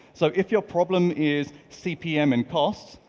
so if your problem is cpm and costs,